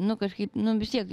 nu kažkaip nu vis tiek